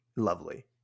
lovely